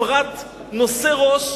הפרט נושא ראש,